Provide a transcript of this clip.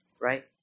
right